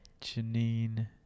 Janine